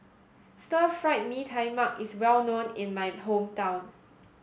stir fried Mee Tai Mak is well known in my hometown